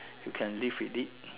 you can live with it